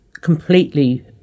completely